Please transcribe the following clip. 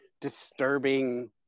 disturbing